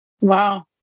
Wow